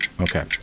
Okay